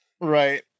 Right